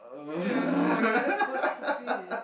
uh [oh]-my-god that's so stupid